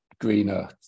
greener